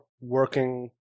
working